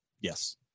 Yes